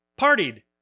partied